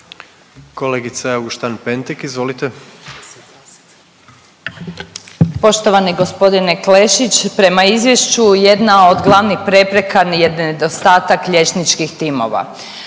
**Auguštan-Pentek, Jasenka (SDP)** Poštovani g. Klešić, prema izvješću jedna od glavnih prepreka je nedostatak liječničkih timova.